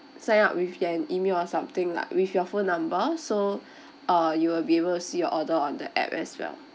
sign up with an email or something lah with your phone number so uh you'll be able to see your order on the app as well